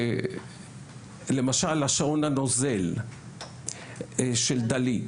למשל השעון הנוזל של דאלי,